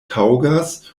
taŭgas